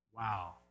wow